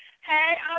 Hey